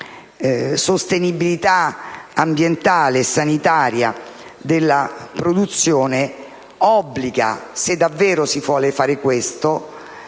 la sostenibilità ambientale e sanitaria della produzione, obbliga, se davvero si vuole fare questo,